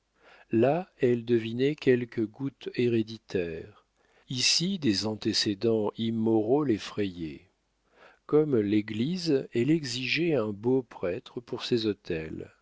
là elle devinait quelque goutte héréditaire ici des antécédents immoraux l'effrayaient comme l'église elle exigeait un beau prêtre pour ses autels